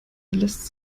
lässt